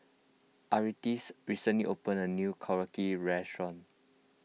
Artis recently opened a new Korokke restaurant